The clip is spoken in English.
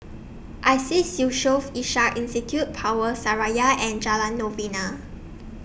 I Seas Yusof Ishak Institute Power Seraya and Jalan Novena